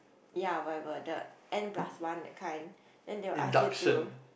ya when inverted N plus one that kind then they will ask you to